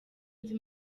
nzi